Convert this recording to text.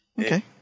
Okay